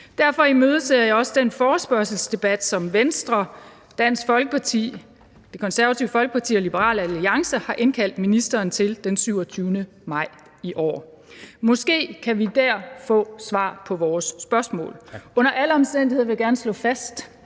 Derfor imødeser jeg også den forespørgselsdebat, som Venstre, Dansk Folkeparti, Det Konservative Folkeparti og Liberal Alliance har indkaldt ministeren til den 27. maj i år. Vi kan måske der få svar på vores spørgsmål. Under alle omstændigheder vil jeg gerne slå fast